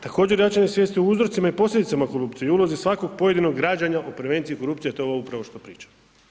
Također jačanje svijesti o uzrocima i posljedicama korupcije i ulozi svakog pojedinog građana o prevenciji korupcije, a to je ovo upravo što pričam.